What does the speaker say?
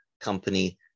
company